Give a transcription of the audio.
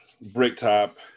Bricktop